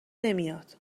نمیاد